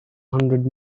hundred